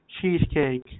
cheesecake